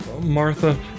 Martha